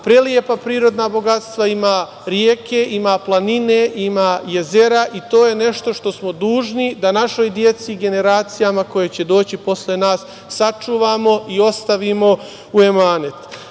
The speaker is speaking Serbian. prelepa prirodna bogatstva, ima reke, ima planine, ima jezera i to je nešto što smo dužni da našoj deci i generacijama koje će doći posle nas sačuvamo i ostavimo u amanet. Dokaz